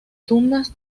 tumbas